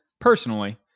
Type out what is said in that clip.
personally